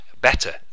better